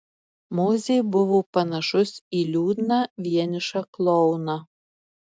mozė buvo panašus į liūdną vienišą klouną